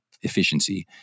efficiency